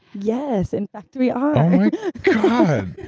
yes, in fact we are oh my god!